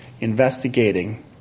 investigating